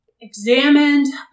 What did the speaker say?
examined